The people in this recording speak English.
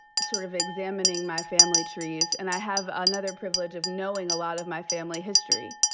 sort of examining my family trees. and i have another privilege of knowing a lot of my family history.